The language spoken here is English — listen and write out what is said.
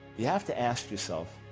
you have to ask yourself,